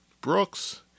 Brooks